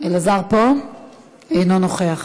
אינו נוכח,